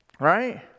right